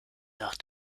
nach